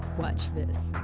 watch this.